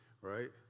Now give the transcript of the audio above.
Right